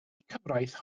cyfraith